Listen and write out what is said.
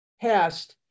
past